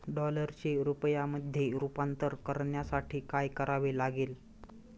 डॉलरचे रुपयामध्ये रूपांतर करण्यासाठी काय करावे लागेल?